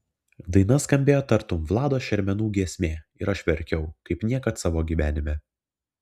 daina skambėjo tartum vlado šermenų giesmė ir aš verkiau kaip niekad savo gyvenime